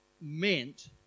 meant